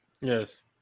Yes